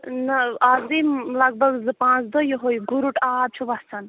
نہ آز گٔے لگ بَگ زٕ پانٛژھ دۄہ یِہوٚے گُرُٹ آب چھُ وَسان